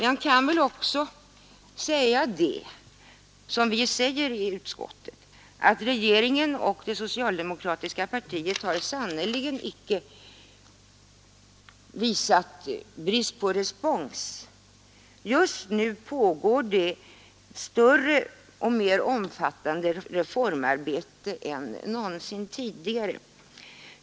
Man kan väl också, som vi gör i utskottet, säga att regeringen och det socialdemokratiska partiet har sannerligen icke visat brist på respons. Just nu pågår det ett större och mer omfattande reformarbete än någonsin tidigare.